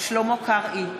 שלמה קרעי,